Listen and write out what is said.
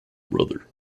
brother